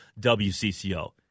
WCCO